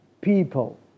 people